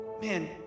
Man